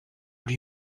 lui